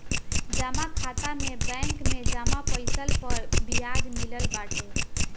जमा खाता में बैंक में जमा पईसा पअ बियाज मिलत बाटे